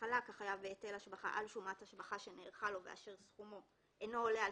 חלק החייב בהיטל השבחה על שומת השבחה שנערכה לו ואשר סכומו אינו עולה על